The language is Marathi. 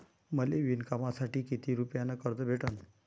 मले विणकामासाठी किती रुपयानं कर्ज भेटन?